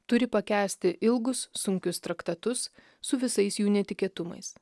turi pakęsti ilgus sunkius traktatus su visais jų netikėtumais